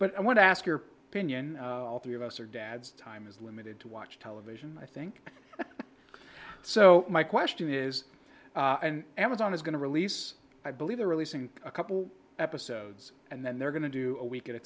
but i want to ask your opinion of us are dads time is limited to watch television i think so my question is and amazon is going to release i believe they're releasing a couple episodes and then they're going to do a week at a